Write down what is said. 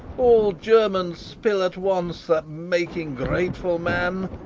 all germens spill at once, that make ingrateful man!